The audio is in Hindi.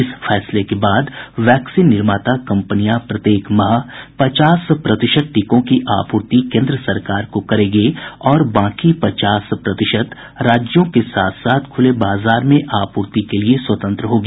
इस फैसले के बाद वैक्सीन निर्माता कम्पनियां प्रत्येक माह पचास प्रतिशत टीकों की आपूर्ति कोन्द्र सरकार को करेगी और बाकी पचास प्रतिशत राज्यों के साथ साथ खुले बाजार में आपूर्ति के लिए स्वतंत्र होगी